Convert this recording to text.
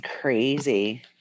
crazy